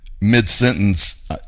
mid-sentence